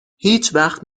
هیچوقت